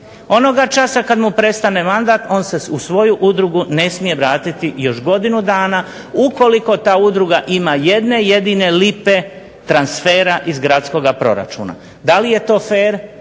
Onoga časa kada mu prestane mandat on se u svoju udrugu ne smije vratiti još godinu dana, ukoliko ta udruga ima jedne jedine lipe transfera iz gradskog proračuna. Da li je to fer